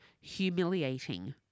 humiliating